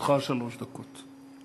לרשותך שלוש דקות.